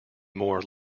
more